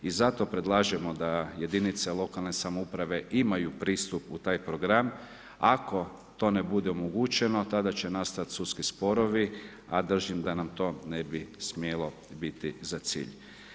I zato predlažemo da jedinice lokalne samouprave imaju pristup u taj program, ako to ne bude omogućeno tada će nastati sudski sporovi, a držim da nam to ne bi smjelo biti za cilj.